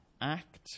Act